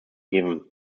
given